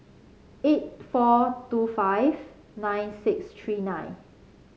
eight four two five nine six three nine